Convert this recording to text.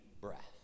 breath